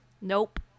Nope